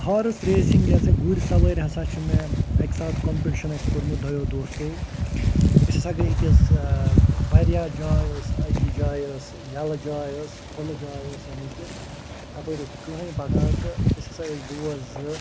horse racing یہِ ہَسا گُرۍ سَوٲرۍ ہَسا چھِ مےٚ اَکہ ساتہٕ کَمپِٹشَن اسہِ کوٚرمُت دۄیِو دوستو أسۍ ہَسا گے أکِس واریاہ جاے ٲسۍ أکِس جایہِ ٲس یَلہٕ جاے ٲس کھلہٕ جاے ٲس یعنی کہ تَپٲرۍ اوس نہٕ کٕہٕنۍ پَکان تہٕ أسۍ ہَسا ٲسۍ دوس زِ